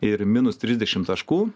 ir minus trisdešimt taškų